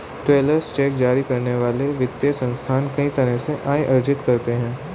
travellers cheque जारी करने वाले वित्तीय संस्थान कई तरह से आय अर्जित करते हैं